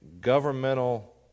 governmental